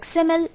L